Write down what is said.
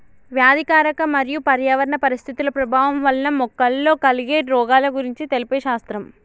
వ్యాధికారక మరియు పర్యావరణ పరిస్థితుల ప్రభావం వలన మొక్కలలో కలిగే రోగాల గురించి తెలిపే శాస్త్రం